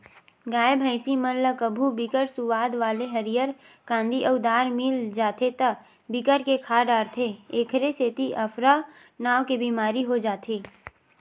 गाय, भइसी मन ल कभू बिकट सुवाद वाला हरियर कांदी अउ दार मिल जाथे त बिकट के खा डारथे एखरे सेती अफरा नांव के बेमारी हो जाथे